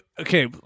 okay